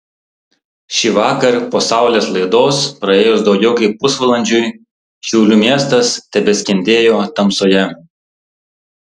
šįvakar po saulės laidos praėjus daugiau kaip pusvalandžiui šiaulių miestas tebeskendėjo tamsoje